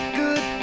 good